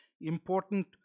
important